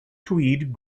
tweed